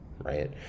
right